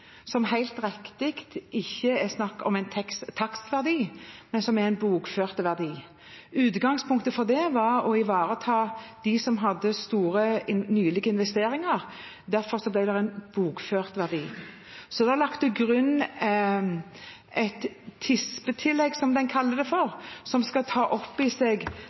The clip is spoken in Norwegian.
som helt riktig ikke er en takstverdi, men en bokført verdi. Utgangspunktet for det var å ivareta dem som hadde store nylige investeringer – derfor ble det en bokført verdi. Så er det lagt til grunn et tispetillegg, som en kaller det, som skal ta opp i seg